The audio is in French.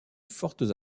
fortes